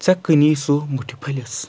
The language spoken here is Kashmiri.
ژےٚ کٕنی سُہ مُٹھِ پھٔلِس